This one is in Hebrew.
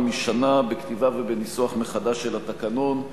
משנה בכתיבה ובניסוח מחדש של התקנון.